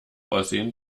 aussehen